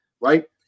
Right